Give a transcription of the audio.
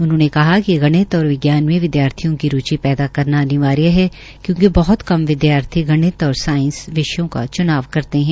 उन्होंने कहा कि गणित और विज्ञान में विदयार्थियों की रूचि पैदा करना अनिवार्य है क्योंकि बहत कम विदयार्थी गति और सांइस विषयों का चुनाव करते है